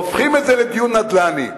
הופכים את זה לדיון נדל"ני.